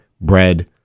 bread